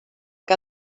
que